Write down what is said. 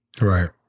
Right